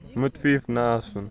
مُتفِف نہ آسُن